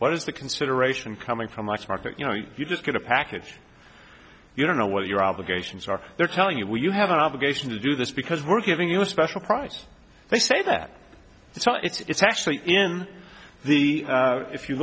what is the consideration coming from much market you know you just get a package you don't know what your obligations are they're telling you where you have an obligation to do this because we're giving you a special price they say that so it's actually in the if you